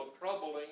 troubling